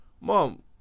Mom